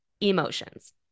emotions